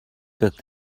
birgt